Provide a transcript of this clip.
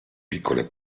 piccole